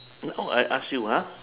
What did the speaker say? and oh I ask you ah